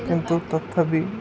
କିନ୍ତୁ ତଥାପି